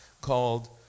called